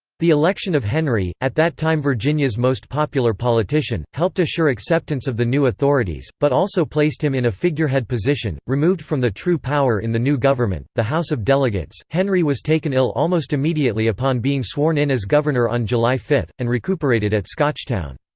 the election of henry, at that time virginia's most popular politician, helped assure acceptance of the new authorities, but also placed him in a figurehead position, removed from the true power in the new government, the house of delegates henry was taken ill almost immediately upon being sworn in as governor on july five, and recuperated at scotchtown.